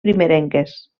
primerenques